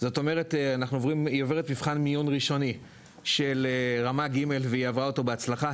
היא עוברת מבחן מיון ראשוני של רמה ג' והיא עברה אותו בהצלחה,